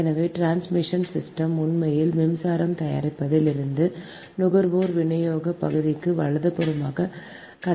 எனவே transmission system உண்மையில் மின்சாரம் தயாரிப்பதில் இருந்து நுகர்வோர் விநியோகப் பக்கத்திற்கு வலதுபுறமாக கடத்துகிறது